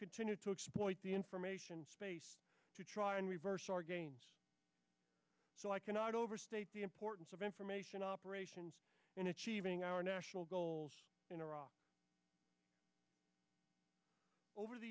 continue to exploit the information space to try and reverse our gains so i cannot overstate the importance of information operations in achieving our national goals in iraq over the